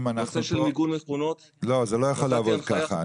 הנושא של מיגון מכונות נתתי הנחיה --- זה לא יכול לעבוד ככה,